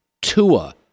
Tua